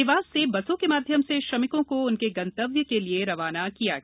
देवास से बसों के माध्यम से श्रमिकों को उनके गंतव्य के लिये रवाना किया गया